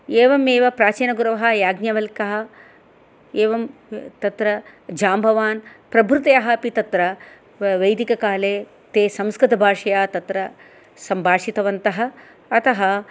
एवमेव प्राचीनगुरवः याज्ञवल्क्यः एवं तत्र जाम्बवान् प्रबृतयः अपि तत्र व वैदिककाले ते संस्कृतभाषया तत्र सम्भाषितवन्तः अतः